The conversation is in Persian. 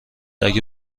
اگه